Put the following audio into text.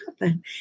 happen